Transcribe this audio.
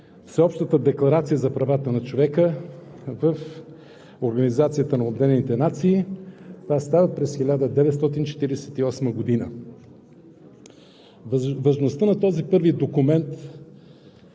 Всеобщата декларация за правата на човека в Организацията на обединените нации. Това става през 1948 г. Важността на този първи документ